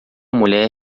mulher